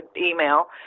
email